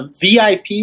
VIP